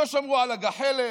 לא שמרו על הגחלת,